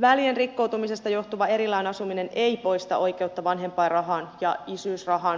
välien rikkoutumisesta johtuva erillään asuminen ei poista oikeutta vanhempainrahaan ja isyysrahaan